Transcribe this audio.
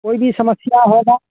कोई भी समस्या होगी